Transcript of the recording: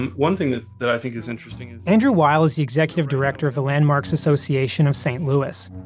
and one thing that that i think is interesting is andrew weil is the executive director of the landmarks association of st. louis.